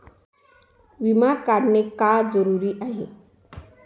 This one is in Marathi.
विमा काढणे का जरुरी आहे?